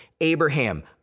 Abraham